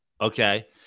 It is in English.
okay